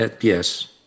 Yes